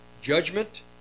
judgment